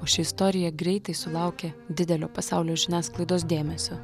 o ši istorija greitai sulaukė didelio pasaulio žiniasklaidos dėmesio